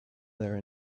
their